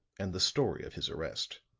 and the story of his arrest.